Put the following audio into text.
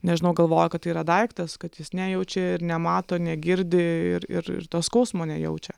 nežinau galvoja kad tai yra daiktas kad jis nejaučia ir nemato negirdi ir ir to skausmo nejaučia